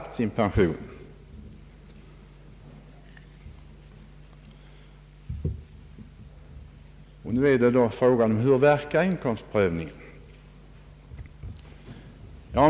Frågan är nu hur inkomstprövningen verkar.